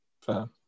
Fair